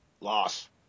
Loss